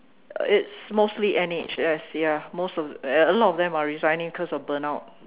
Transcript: it's mostly N_H_S ya most of a lot of them are resigning cause of burn out